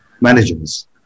managers